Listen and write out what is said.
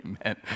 Amen